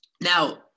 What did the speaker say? Now